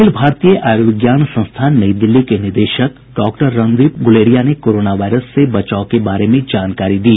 अखिल भारतीय आयुर्विज्ञान संस्थान नई दिल्ली के निदेशक डॉक्टर रणदीप गुलेरिया ने कोरोना वायरस से बचाव के बारे में जानकारी दी